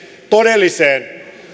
todelliseen